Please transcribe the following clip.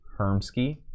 Hermski